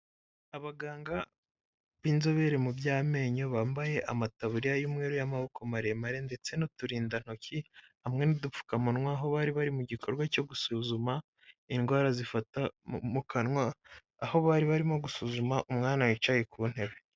Abaganga b'inzobere mu by'amenyo, bambaye amataburiya y'umweru y'amaboko maremare ndetse n'uturindantoki, hamwe n'udupfukamunwa, aho bari bari mu gikorwa cyo gusuzuma indwara zifata mu kanwa, aho bari barimo gusuzuma umwana wicaye ku ntebe.